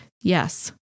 Yes